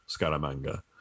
Scaramanga